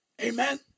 amen